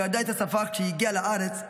שלא ידע את השפה כשהגיע לארץ,